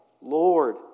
Lord